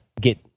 get